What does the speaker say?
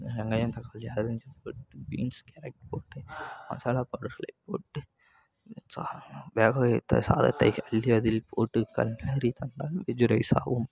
வெங்காயம் தக்காளி அரிஞ்சு போட்டு பீன்ஸ் கேரட் போட்டு மசாலா பவுடரை போட்டு சாதம் வேக வைத்த சாதத்தை அள்ளி அதில் போட்டு கிளரி தந்தால் வெஜ்ஜு ரைஸ் ஆகும்